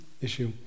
issue